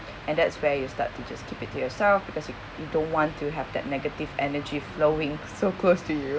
and that's where you start to just keep it to yourself because you don't want to have that negative energy flowing so close to you